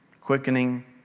quickening